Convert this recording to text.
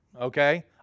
okay